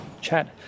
chat